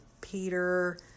Peter